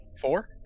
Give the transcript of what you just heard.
Four